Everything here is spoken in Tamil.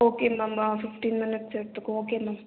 ஓகே மேம் ஃப்ஃடீன் மினிட்ஸ் எடுத்துக்கோம் ஓகே மேம்